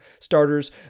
Starters